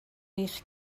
eich